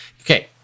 okay